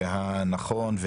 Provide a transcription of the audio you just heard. הנכון,